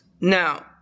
Now